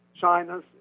China's